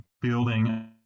building